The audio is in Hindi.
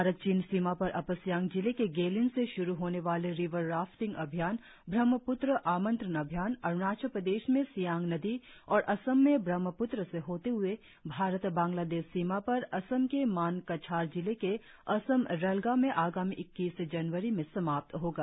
भारत चीन सीमा पर अपर सियांग जिले के गेलिंग से श्रु होने वाले रिवर राफ्टिंग अभियान ब्रह्मप्त्र आमंत्रण अभियान अरुणाचल प्रदेश में सियांग नदी और असम मे ब्रह्मप्त्र से होते हए भारत बांग्लादेश सीमा पर असम के मानकछार जिले के असमरल्गा मे आगामी इक्कीस जनवरी में समाप्त होगा